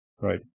Right